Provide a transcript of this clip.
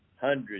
hundreds